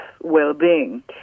well-being